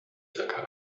circa